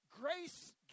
grace